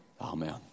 Amen